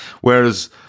Whereas